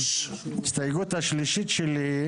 ההסתייגות השלישית שלי,